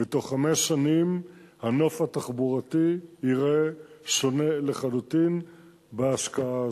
ותוך חמש שנים הנוף התחבורתי ייראה שונה לחלוטין בהשקעה הזאת.